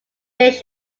dish